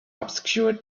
obscure